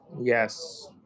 Yes